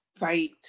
Right